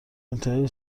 انتهای